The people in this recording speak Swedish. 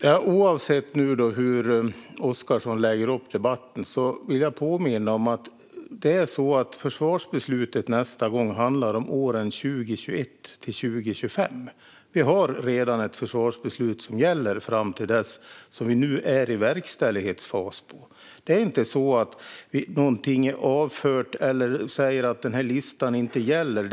Fru talman! Oavsett hur Oscarsson lägger upp debatten vill jag påminna om att försvarsbeslutet nästa gång gäller åren 2021-2025. Vi har redan ett försvarsbeslut som gäller fram till dess, för vilket verkställighetsfasen nu pågår. Det är inte så att något är avfört eller att listan inte gäller.